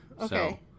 Okay